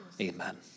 Amen